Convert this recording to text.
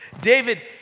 David